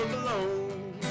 alone